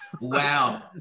wow